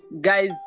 guys